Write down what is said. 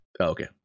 Okay